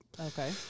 Okay